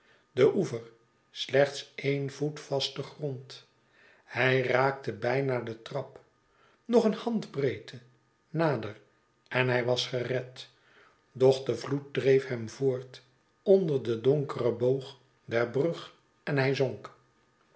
de oever slechts een voet vasten grond hij raakte bijna de trap nog een handbreedte nader en hij was gered doch de vloed dreef hem voort onder de donkere bogen der brug en hij zonk